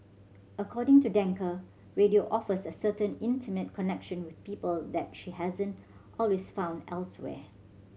according to Danker radio offers a certain intimate connection with people that she hasn't always found elsewhere